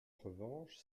revanche